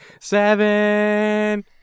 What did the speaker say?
seven